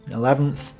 eleventh,